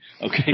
Okay